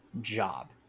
job